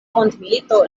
mondmilito